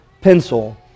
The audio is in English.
Pencil